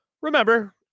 Remember